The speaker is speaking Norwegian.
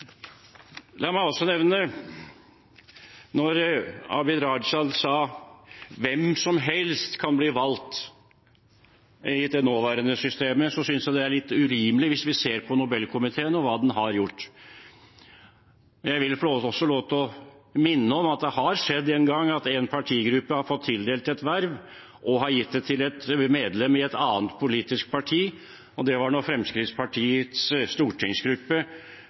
La meg også nevne at det at Abid Q. Raja sa at hvem som helst kan bli valgt under det nåværende systemet, synes jeg er litt urimelig – hvis vi ser på Nobelkomiteen og hva den har gjort. Jeg vil også få lov til å minne om at det har skjedd en gang at en partigruppe har fått tildelt et verv og gitt det til et medlem i et annet politisk parti. Det var da Fremskrittspartiets stortingsgruppe